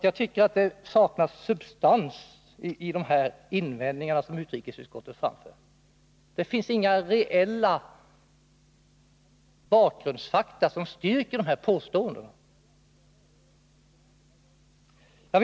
Jag tycker att det saknas substans i de invändningar som utrikesutskottet framför. Det finns inga reella bakgrundsfakta som styrker påståendena.